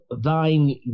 thine